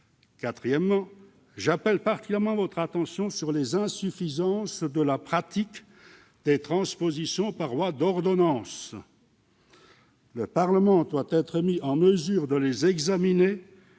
Quatrièmement, j'appelle particulièrement votre attention sur les insuffisances de la pratique des transpositions par voie d'ordonnance. Le Parlement doit être en mesure de les examiner